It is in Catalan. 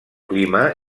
clima